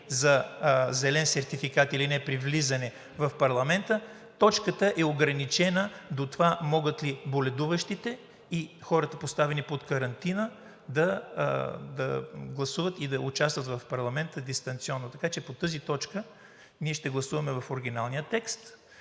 за зелен сертификат или не при влизане в парламента, е ограничена до това могат ли боледуващите и хората, поставени под карантина, да гласуват и да участват в парламента дистанционно. Така че по тази точка ние ще гласуваме в оригиналния текст,